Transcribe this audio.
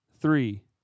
three